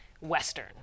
western